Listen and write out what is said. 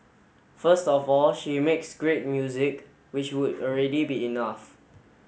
first of all she makes great music which would already be enough